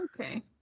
Okay